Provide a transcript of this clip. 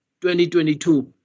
2022